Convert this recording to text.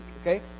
okay